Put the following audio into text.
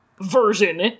version